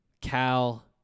Cal